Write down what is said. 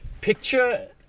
picture